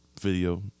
video